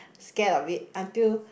scared of it until